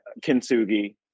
Kintsugi